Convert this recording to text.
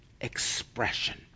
expression